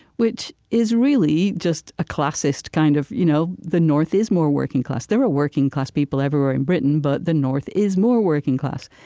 which is really just a classist kind of you know the north is more working-class. there are working class people everywhere in britain, but the north is more working-class.